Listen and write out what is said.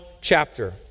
chapter